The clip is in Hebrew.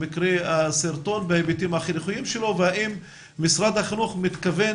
למקרה הסרטון בהיבטים החינוכיים שלו והאם משרד החינוך מתכוון